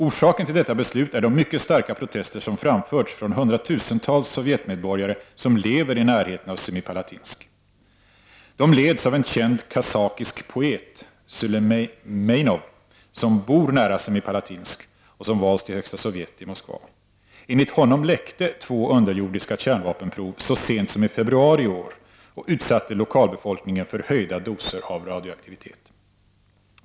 Orsaken till detta beslut är de mycket starka protester som framförts från hundratusentals sovjetmedborgare som lever i närheten av Semipalatinsk. De leds av en kazakisk poet, Suleimenov, som bor nära Semipalatinsk och som valts till Högsta Sovjet i Moskva. Enligt honom läckte två underjordiska kärnvapenprov så sent som i februari i år och utsatte lokalbefolkningen för höjda doser av radioaktivitet.